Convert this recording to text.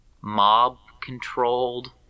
mob-controlled